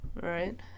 right